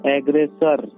Aggressor